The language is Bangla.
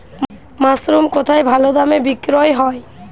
মাসরুম কেথায় ভালোদামে বিক্রয় হয়?